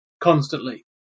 constantly